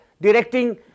directing